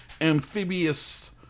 amphibious